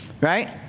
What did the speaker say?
right